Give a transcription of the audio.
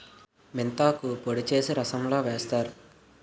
మెంతాకు పొడి చేసి రసంలో వేస్తారు